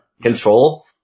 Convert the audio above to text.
control